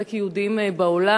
לחזק יהודים בעולם.